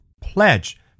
Pledge